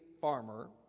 farmer